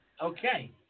Okay